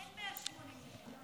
אין 180, נשמה.